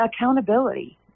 accountability